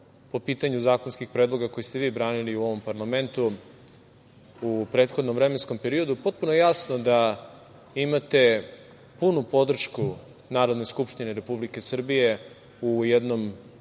po pitanju zakonskih predloga koje ste vi branili u ovom parlamentu u prethodnom vremenskom periodu potpuno jasno da imate punu podršku Narodne skupštine Republike Srbije u jednom